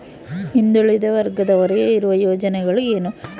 ಹಿಂದುಳಿದ ವರ್ಗದವರಿಗೆ ಇರುವ ಯೋಜನೆಗಳು ಏನು?